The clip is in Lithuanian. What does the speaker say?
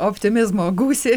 optimizmo gūsį